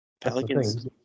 Pelicans